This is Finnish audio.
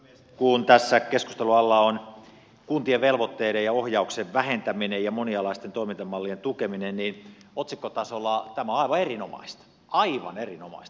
kun tässä keskustelun alla on kuntien velvoitteiden ja ohjauksen vähentäminen ja monialaisten toimintamallien tukeminen niin otsikkotasolla tämä on aivan erinomaista aivan erinomaista